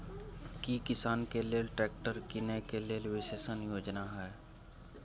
की किसान के लेल ट्रैक्टर कीनय के लेल विशेष योजना हय?